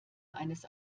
eines